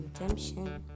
redemption